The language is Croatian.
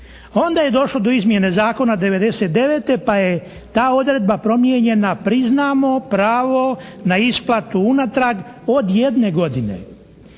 Onda je došlo do izmjene Zakona 99. pa je ta odredba promijenjena, priznamo pravo na isplatu unatrag od 1 godine,